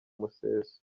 museso